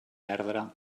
perdre